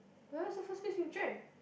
where the first place you drank